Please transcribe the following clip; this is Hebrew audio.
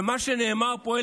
ומה שנאמר פה,